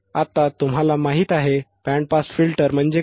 आता तुम्हाला माहिती आहे बँड पास फिल्टर्स म्हणजे काय